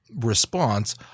response